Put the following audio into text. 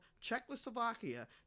Czechoslovakia